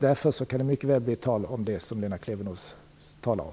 Därför kan det mycket väl bli tal om det som Lena Klevenås pratar om.